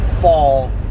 fall